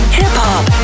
hip-hop